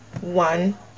one